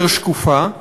יותר שקופה.